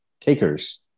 Takers